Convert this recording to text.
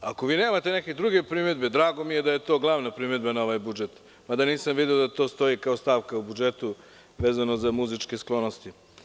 Ako nemate neke druge primedbe, drago mi je da je to glavna primedba na ovaj budžet, mada nisam video da to stoji kao stavka u budžetu, vezano za muzičke sklonosti.